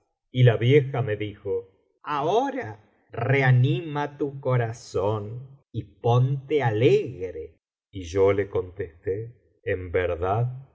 y la vieja me dijo ahora reanima tu corazón y ponte alegre y yo e contesté en verdad